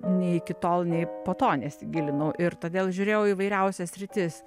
nei iki tol nei po to nesigilinau ir todėl žiūrėjau į įvairiausias sritis